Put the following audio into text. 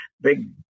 big